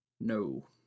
No